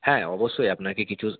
হ্যাঁ অবশ্যই আপনাকে কিছু